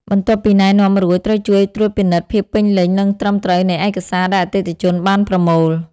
បន្ទាប់ពីណែនាំរួច ត្រូវជួយត្រួតពិនិត្យភាពពេញលេញ និងត្រឹមត្រូវនៃឯកសារដែលអតិថិជនបានប្រមូល។